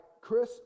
Chris